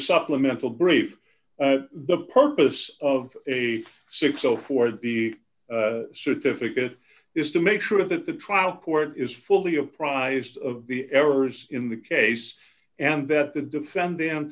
supplemental brave the purpose of a six so for the certificate is to make sure that the trial court is fully apprised of the errors in the case and that the defendant